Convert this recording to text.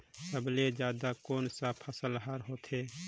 सबले जल्दी कोन सा फसल ह होथे?